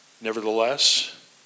Nevertheless